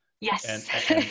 Yes